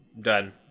Done